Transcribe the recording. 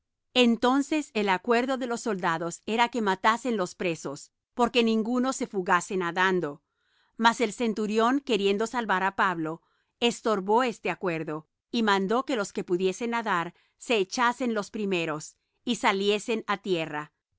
entonces el acuerdo de los soldados era que matasen los presos porque ninguno se fugase nadando mas el centurión queriendo salvar á pablo estorbó este acuerdo y mandó que los que pudiesen nadar se echasen los primeros y saliesen á tierra